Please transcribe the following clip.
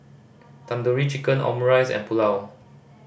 Tandoori Chicken Omurice and Pulao